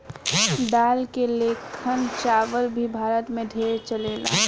दाल के लेखन चावल भी भारत मे ढेरे चलेला